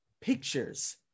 pictures